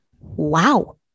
wow